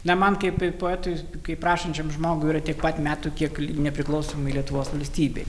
na man kaip poetui kaip rašančiam žmogui yra tiek pat metų kiek nepriklausomai lietuvos valstybei